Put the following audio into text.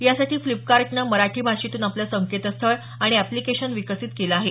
यासाठी फ्लिपकार्टनं मराठी भाषेतून आपलं संकेतस्थळ आणि अॅप्लिकेशन विकसित केलं आहे